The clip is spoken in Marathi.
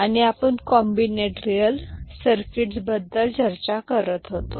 आणि आपण कॉम्बिनेटरियल सर्किटबद्दल चर्चा करत होतो